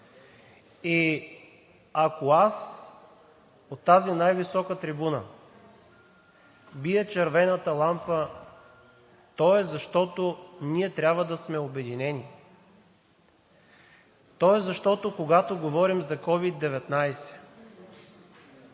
И ако аз от тази най-висока трибуна бия червената лампа, то е, защото ние трябва да сме обединени, то е, защото, когато говорим за COVID-19,